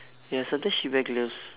ya sometimes she wear gloves